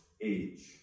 age